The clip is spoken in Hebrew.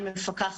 אני רוצה דווקא